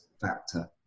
factor